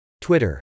Twitter